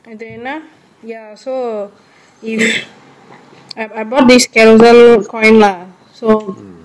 அது என்னா:athu enna ya so I I bought this carousell coin lah so